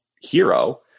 hero